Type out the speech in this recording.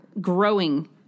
growing